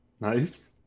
nice